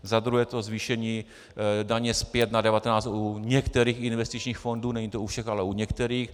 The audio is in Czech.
Za druhé zvýšení daně zpět na 19 u některých investičních fondů, není to u všech, ale u některých.